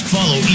Follow